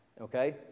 okay